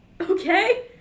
Okay